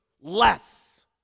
less